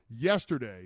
yesterday